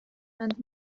and